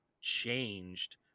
changed